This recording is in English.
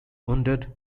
wounded